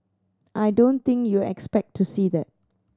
I don't think you're expect to see that